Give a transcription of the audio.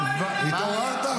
התעוררת?